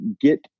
get